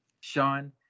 Sean